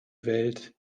welt